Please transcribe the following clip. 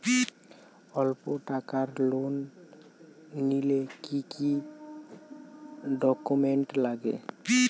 অল্প টাকার লোন নিলে কি কি ডকুমেন্ট লাগে?